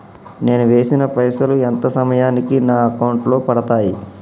నేను వేసిన పైసలు ఎంత సమయానికి నా అకౌంట్ లో పడతాయి?